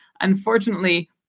Unfortunately